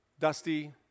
Dusty